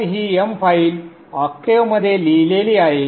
तर ही m file ऑक्टेव्हमध्ये लिहिलेली आहे